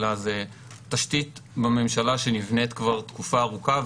אלא יש תשתית בממשלה שכבר נבנית תקופה ארוכה,